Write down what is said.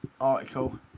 article